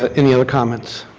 ah any other comments?